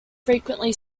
frequently